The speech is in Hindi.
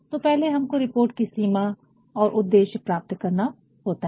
तो पहले हमको रिपोर्ट की सीमा और उद्देशय पता करना होता है